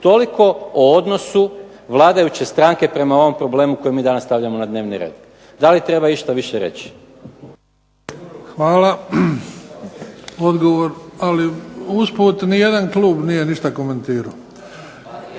Toliko o odnosu vladajuće stranke prema ovom problemu koji mi danas stavljamo na red. Da li treba išta više reći? **Bebić, Luka (HDZ)** Hvala. Odgovor. Ali usput ni jedan klub nije ništa komentirao.